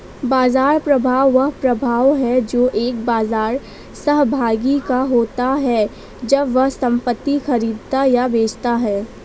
बाजार प्रभाव वह प्रभाव है जो एक बाजार सहभागी का होता है जब वह संपत्ति खरीदता या बेचता है